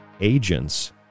Agents